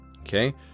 okay